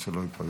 אז שלא ייפגע.